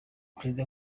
perezida